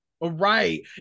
Right